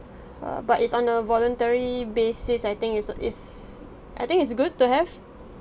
uh but it's on a voluntary basis I think it's a is I think it's good to have